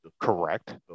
Correct